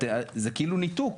זה כאילו ניתוק.